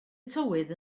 tywydd